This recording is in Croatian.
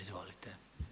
Izvolite.